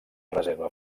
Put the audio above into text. reserva